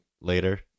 later